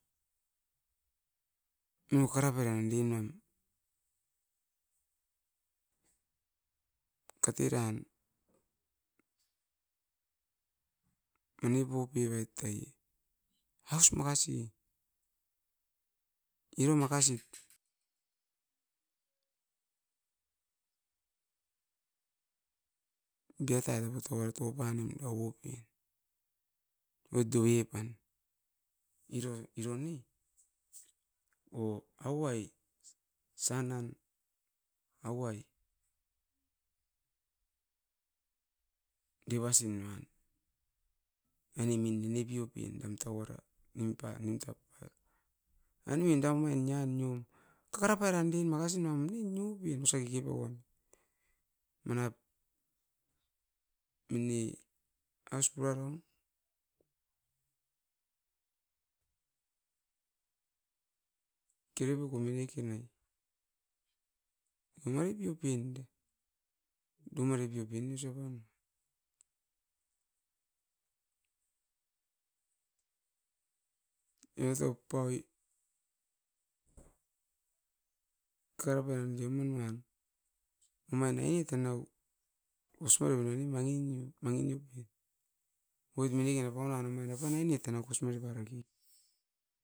No kara pairan deunem, kateran manip poupi vait ai haus makasi, nirom makasi. Biatai tapo toua topanamit ou ope. Oit dove pan, iro iro ne, o auai sanan, auai devasin nuan. Aine min nene pio pien nam tauara nimpa nimtap ai. Ainemin daumia nia niom, kakara pairan duain makasi uam ne nio pien osa keke pauan. Manap mone aus puraraun, kere pioko menekin ai, dumare piopen da, dumare piopin osa pan. Evatop paui, kakara pairan deomin uan, omain ainit e nau. Osmari binoni mangi nin, mangi nip puaim. Oit mineken apaun uan omait apan nienet e na kosmare paraki.